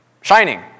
Shining